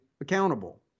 accountable